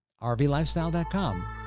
rvlifestyle.com